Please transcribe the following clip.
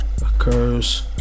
occurs